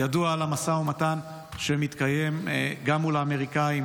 ידוע על המשא ומתן שמתקיים גם מול האמריקאים,